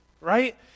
right